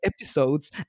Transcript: episodes